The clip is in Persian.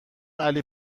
علی